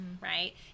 right